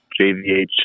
JVH